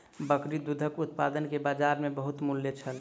बकरी दूधक उत्पाद के बजार में बहुत मूल्य छल